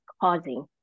causing